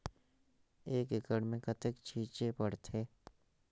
एक एकड़ मे कतेक छीचे पड़थे?